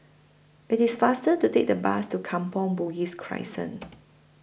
IT IS faster to Take The Bus to Kampong Bugis Crescent